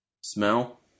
Smell